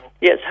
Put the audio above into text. yes